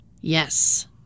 Yes